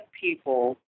people